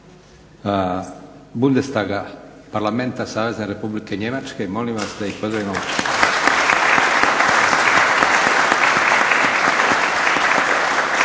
Bundestaga Parlamenta Savezne Republike Njemačke. Molim vas da ih pozdravimo.